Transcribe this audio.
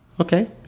Okay